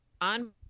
on